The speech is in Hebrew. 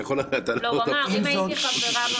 אתה יכול --- הוא אמר שאם הייתי חברה במפלגה.